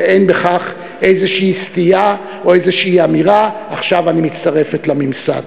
ואין בכך איזושהי סטייה או איזושהי אמירה: עכשיו אני מצטרפת לממסד.